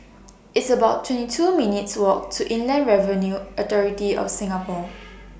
It's about twenty two minutes' Walk to Inland Revenue Authority of Singapore